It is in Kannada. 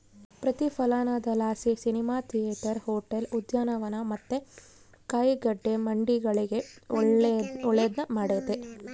ಪ್ರತಿಫಲನದಲಾಸಿ ಸಿನಿಮಾ ಥಿಯೇಟರ್, ಹೋಟೆಲ್, ಉದ್ಯಾನವನ ಮತ್ತೆ ಕಾಯಿಗಡ್ಡೆ ಮಂಡಿಗಳಿಗೆ ಒಳ್ಳೆದ್ನ ಮಾಡೆತೆ